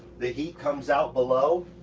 the heat comes out below.